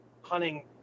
hunting